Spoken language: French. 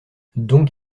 donc